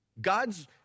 God's